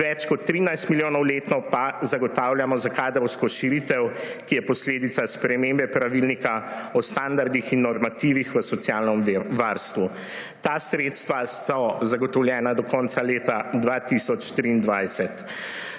več kot 13 milijonov letno pa zagotavljamo za kadrovsko širitev, ki je posledica spremembe pravilnika o standardih in normativih v socialnem varstvu. Ta sredstva so zagotovljena do konca leta 2023.